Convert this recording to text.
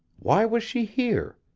why was she here?